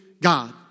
God